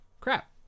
crap